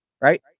right